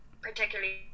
particularly